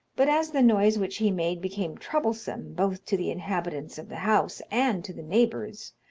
but as the noise which he made became troublesome both to the inhabitants of the house and to the neighbours,